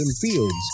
fields